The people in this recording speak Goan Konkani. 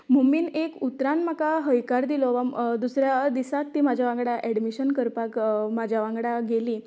मम्मीन एक उतरान म्हाका हयकार दिलो वा दुसऱ्या दिसाक ती म्हज्या वांगडा एडमिशन करपाक म्हाज्या वांगडा गेली